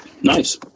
nice